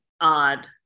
odd